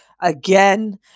Again